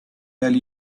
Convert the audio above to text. tell